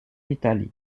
italie